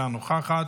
אינה נוכחת,